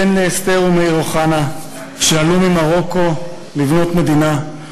בן לאסתר ומאיר אוחנה, שעלו ממרוקו לבנות מדינה.